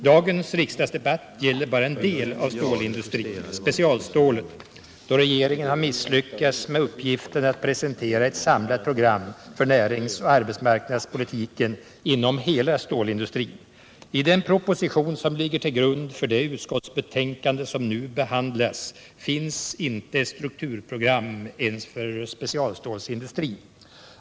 Dagens riksdagsdebatt gäller bara en del av stålindustrin, specialstålet, då regeringen har misslyckats med uppgiften att presentera ett samlat program för näringsoch arbetsmarknadspolitiken inom hela stålindustrin. I den proposition som ligger till grund för det utskottsbetänkande som nu behandlas finns inte ett strukturprogram ens för specialstålindustrin.